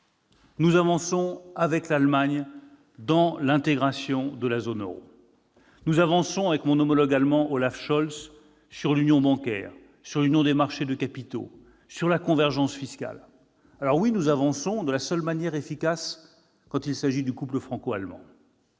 nous avançons avec l'Allemagne dans l'intégration de la zone euro. Mon homologue allemand Olaf Scholz et moi-même progressons sur l'union bancaire, sur l'union des marchés de capitaux, sur la convergence fiscale. Nous avançons de la seule manière efficace quand il s'agit du couple franco-allemand